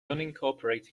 unincorporated